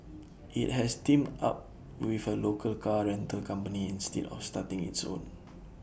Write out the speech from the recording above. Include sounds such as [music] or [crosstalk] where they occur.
IT has teamed up with A local car rental company instead of starting its own [noise]